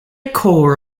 corr